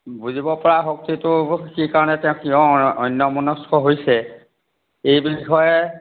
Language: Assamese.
বুজিব পৰা শক্তিটো কিয় কি কাৰণত অন্যমনস্ক হৈছে এই বিষয়ে